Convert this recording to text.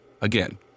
Again